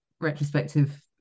retrospective